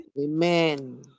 Amen